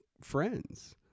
friends